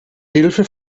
hilfe